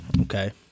Okay